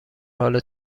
حال